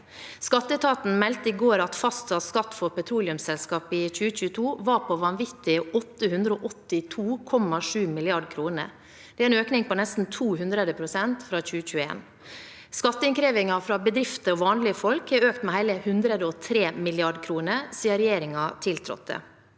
Skatteetaten meldte i går at fastsatt skatt for petroleumsselskap i 2022 var på vanvittige 882,7 mrd. kr. Det er en økning på nesten 200 pst. fra 2021. Skatteinnkrevingen fra bedrifter og vanlige folk har økt med hele 103 mrd. kr siden regjeringen tiltrådte.